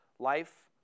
Life